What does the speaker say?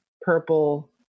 purple